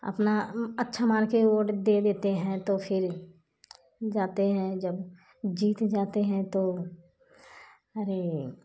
अपना अच्छा मानके वोट दे देते हैं तो फिर जाते हैं जब जीत जाते हैं तो अरे